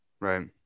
Right